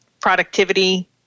productivity